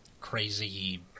crazy